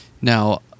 Now